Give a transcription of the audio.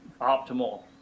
optimal